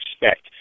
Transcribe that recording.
expect